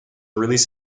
release